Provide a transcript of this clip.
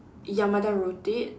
Yamada wrote it